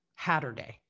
Hatterday